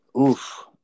oof